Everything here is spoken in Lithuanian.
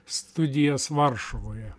studijas varšuvoje